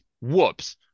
Whoops